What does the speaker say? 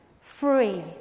Free